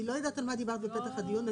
אני לא זוכרת שדיברנו בפתח הדיון.